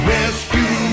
Rescue